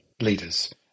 leaders